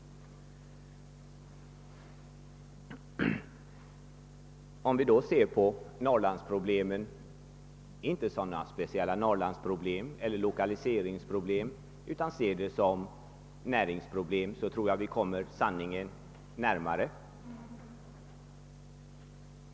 Om vi då ser på norrlandsproblemen inte som speciella norrlandseller lokaliseringsproblem utan som näringsproblem, tror jag att vi kommer sanningen närmare.